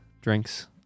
drinks